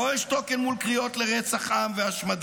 לא אשתוק אל מול קריאות לרצח עם והשמדה.